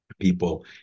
people